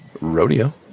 Rodeo